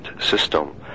system